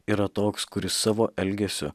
yra toks kuris savo elgesiu